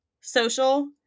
social